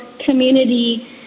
community